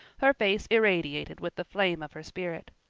her face irradiated with the flame of her spirit.